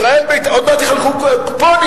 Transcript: ישראל ביתנו, עוד מעט ידחפו קופונים.